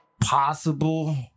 possible